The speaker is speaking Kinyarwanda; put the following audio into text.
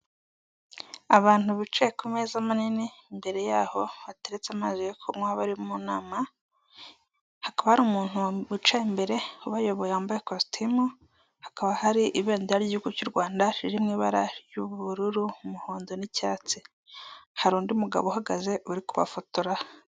Abantu bicaye ku meza manini mbere yaho hateretse amazi yo kunywa bari mu nama hakaba ari umuntu uca imbere bayoboye yambaye ikositimu hakaba hari ibendera ry'igihugu cy'u Rwanda riririmo ibara ry'ubururu umuhondo n'icyatsi hari undi mugabo uhagaze uri kubafotora.